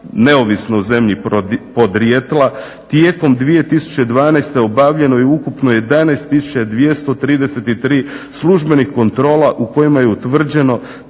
neovisno o zemlji podrijetla. Tijekom 2012. obavljeno je ukupno 11 233 službenih kontrola u kojima je utvrđeno